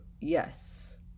yes